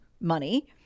money